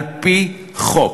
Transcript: על-פי חוק.